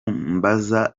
mbaza